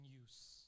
use